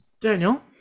Daniel